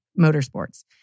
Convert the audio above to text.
Motorsports